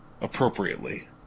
appropriately